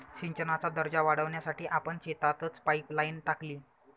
सिंचनाचा दर्जा वाढवण्यासाठी आपण शेतातच पाइपलाइन टाकली